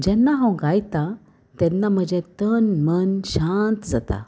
जेन्ना हांव गायतां तेन्ना म्हजें तन मन शांत जाता